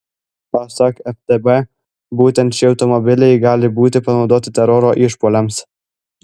pasak ftb būtent šie automobiliai gali būti panaudoti teroro išpuoliams